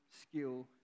skill